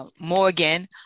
morgan